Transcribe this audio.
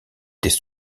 des